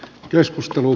keskustelu